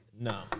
No